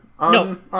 No